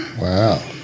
Wow